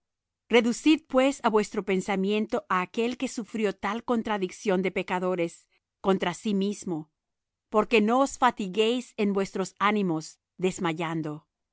reducid pues á vuestro pensameinto á aquel que sufrió tal contradicción de pecadores contra sí mismo porque no os fatiguéis en vuestros ánimos desmayando